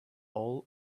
all